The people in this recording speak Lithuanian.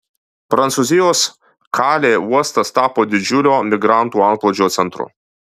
prancūzijos kalė uostas tapo didžiulio migrantų antplūdžio centru